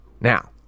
Now